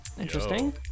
Interesting